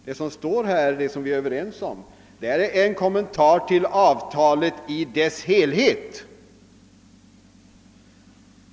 Det som utskottet skrivit och som vi är överens om är en kommentar till avtalet i dess helhet.